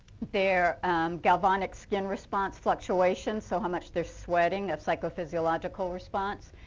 their gal vonnic skin response fluctuation, so how much they're sweating, a psychophysiological response.